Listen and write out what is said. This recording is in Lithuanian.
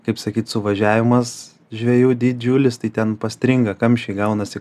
kaip sakyt suvažiavimas žvejų didžiulis tai ten pastringa kamščiai gaunasi